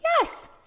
Yes